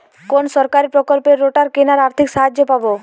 কোন সরকারী প্রকল্পে রোটার কেনার আর্থিক সাহায্য পাব?